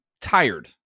tired